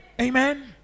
Amen